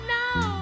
now